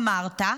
אמרת: